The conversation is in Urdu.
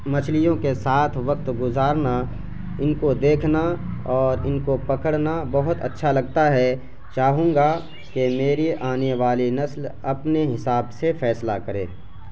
مچھلیوں کے ساتھ وقت گزارنا ان کو دیکھنا اور ان کو پکڑنا بہت اچھا لگتا ہے چاہوں گا کہ میری آنے والی نسل اپنے حساب سے فیصلہ کرے